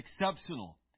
exceptional